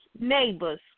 Neighbors